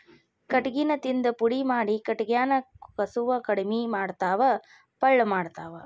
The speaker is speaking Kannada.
ಕಟಗಿನ ತಿಂದ ಪುಡಿ ಮಾಡಿ ಕಟಗ್ಯಾನ ಕಸುವ ಕಡಮಿ ಮಾಡತಾವ ಪಳ್ಳ ಮಾಡತಾವ